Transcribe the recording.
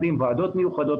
ועדות מיוחדות,